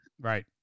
Right